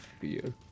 fear